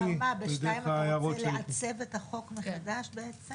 כלומר ב-14:00 אתה רוצה לעצב את החוק מחדש בעצם?